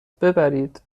ببرید